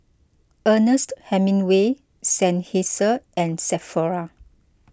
Ernest Hemingway Seinheiser and Sephora